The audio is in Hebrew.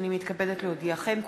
הנני מתכבדת להודיעכם,